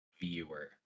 viewer